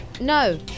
No